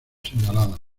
señaladas